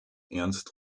ernst